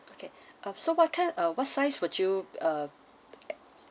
okay um so what kind ah what size would you uh